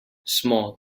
small